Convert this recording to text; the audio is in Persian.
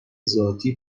ذاتی